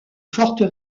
forte